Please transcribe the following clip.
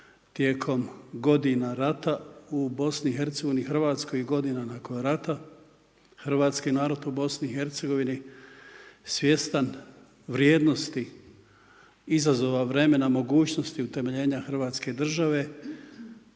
tijekom godina rata u BIH, Hrvatskoj godini nakon rata, hrvatski narod u BIH svjestan vrijednosti izazova vremena mogućnosti utemeljenja Hrvatske države,